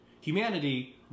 Humanity